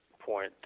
point